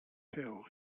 pills